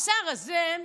השר הזה,